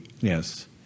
yes